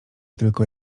tylko